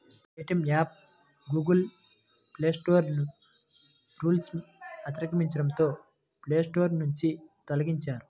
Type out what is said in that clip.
Paytm app Google Play Store రూల్స్ను అతిక్రమించడంతో Play Store నుంచి తొలగించారు